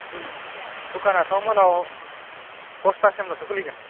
दखानाथ' मोनायाव दसथासिमल'सो खुलिगोन